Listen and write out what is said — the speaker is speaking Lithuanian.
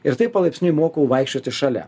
ir taip palaipsniui mokau vaikščioti šalia